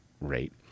rate